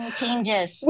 changes